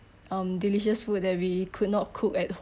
um delicious food that we could not cook at